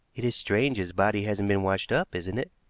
it is strange his body hasn't been washed up, isn't it?